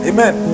Amen